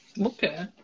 Okay